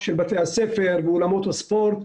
של בתי הספר, של אולמות הספורט,